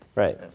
right,